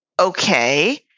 okay